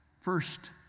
First